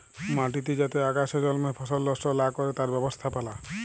মাটিতে যাতে আগাছা জল্মে ফসল লস্ট লা ক্যরে তার ব্যবস্থাপালা